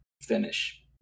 finish